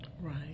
Right